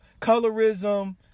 colorism